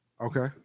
Okay